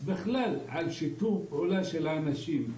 על שיתוף הפעולה שלהם.